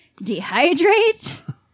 dehydrate